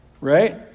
Right